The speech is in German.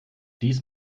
dies